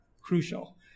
crucial